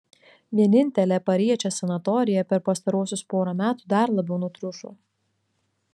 vienintelė pariečės sanatorija per pastaruosius porą metų dar labiau nutriušo